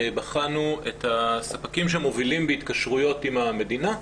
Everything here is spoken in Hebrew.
בחנו את הספקים שמובילים בהתקשרויות עם המדינה.